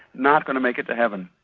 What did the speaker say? not going to make it to heaven.